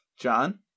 John